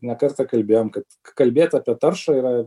ne kartą kalbėjom kad kalbėt apie taršą yra